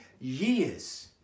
years